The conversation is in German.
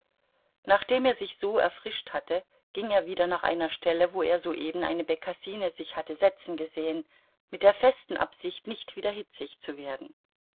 nachdem er sich so erfrischt hatte ging er wieder nach einer stelle wo er soeben eine bekassine sich hatte setzen gesehen mit der festen absicht nicht wieder hitzig zu werden